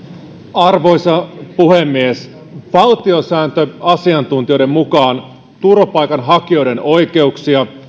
arvoisa puhemies valtiosääntöasiantuntijoiden mukaan turvapaikanhakijoiden oikeuksia